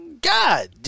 God